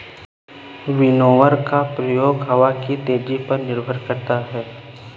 winnower का प्रयोग हवा की तेजी पर निर्भर करता है